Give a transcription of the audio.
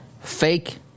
fake